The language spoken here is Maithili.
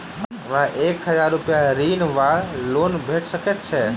हमरा एक हजार रूपया ऋण वा लोन भेट सकैत अछि?